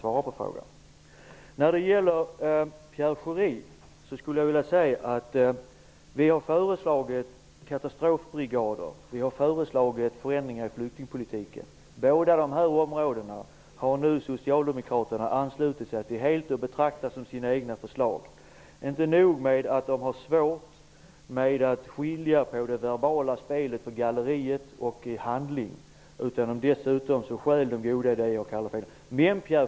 Vi har föreslagit katastrofbrigader, Pierre Schori, och vi har föreslagit förändringar i flyktingpolitiken. Båda dessa områden har Socialdemokraterna anslutit sig till helt och betraktar som sina egna förslag. Inte nog med att Socialdemokraterna har svårt för att skilja på det verbala spelet för gallerierna och handling, de stjäl dessutom goda idéer.